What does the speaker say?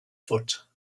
foot